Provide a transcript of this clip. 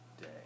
day